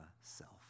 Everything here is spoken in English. self